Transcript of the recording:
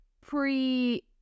pre